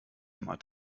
immer